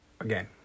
again